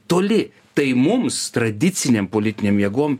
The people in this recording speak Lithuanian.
toli tai mums tradicinėm politinėm jėgom